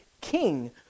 king